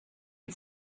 and